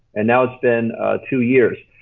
and now it's been two years.